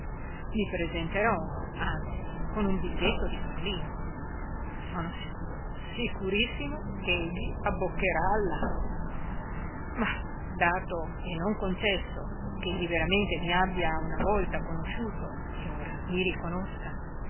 i presenterò anzi con un biglietto di carlino sono sicuro sicurissimo che egli abboccherà all'amo ma dato e non concesso ch'egli veramente mi abbia una volta conosciuto e ora mi riconosca